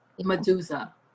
Medusa